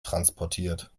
transportiert